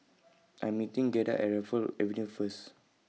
I'm meeting Giada At Raffles Avenue First